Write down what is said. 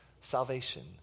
salvation